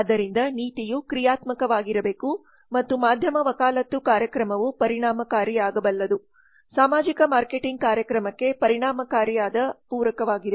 ಆದ್ದರಿಂದ ನೀತಿಯು ಕ್ರಿಯಾತ್ಮಕವಾಗಿರಬೇಕು ಮತ್ತು ಮಾಧ್ಯಮ ವಕಾಲತ್ತು ಕಾರ್ಯಕ್ರಮವು ಪರಿಣಾಮಕಾರಿಯಾಗಬಲ್ಲದು ಸಾಮಾಜಿಕ ಮಾರ್ಕೆಟಿಂಗ್ ಕಾರ್ಯಕ್ರಮಕ್ಕೆ ಪರಿಣಾಮಕಾರಿಯಾದ ಪೂರಕವಾಗಿದೆ